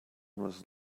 was